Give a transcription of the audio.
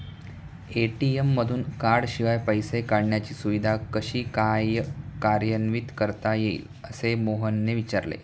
ATM मधून कार्डशिवाय पैसे काढण्याची सुविधा कशी काय कार्यान्वित करता येईल, असे मोहनने विचारले